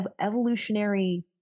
evolutionary